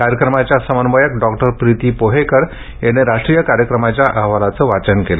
कार्यक्रमाच्या समन्वयक डॉक्टर प्रिती पोहेकर यांनी राष्ट्रीय कार्यक्रमाच्या अहवालाचं वाचन केलं